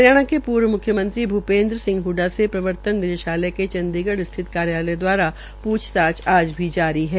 हरियाणा के पूर्व मुख्यमंत्री भूपेन्द्र सिंह हडडा से प्रवर्तन निदेशालय के चंडीगढ़ स्थित कार्यालय दवारा प्छताछ आज भी जारी है